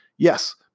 Yes